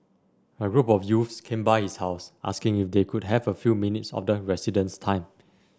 a group of youths came by his house asking if they could have a few minutes of the resident's time